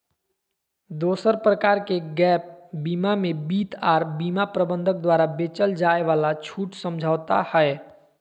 दोसर प्रकार के गैप बीमा मे वित्त आर बीमा प्रबंधक द्वारा बेचल जाय वाला छूट समझौता हय